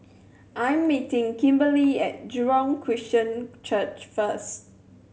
I'm meeting Kimberlie at Jurong Christian Church first